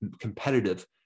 competitive